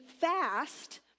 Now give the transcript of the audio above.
fast